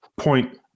point